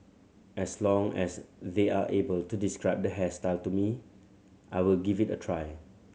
as long as they are able to describe the hairstyle to me I will give it a try